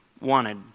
wanted